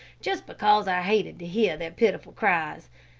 just because i hated to hear their pitiful cries.